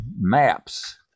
maps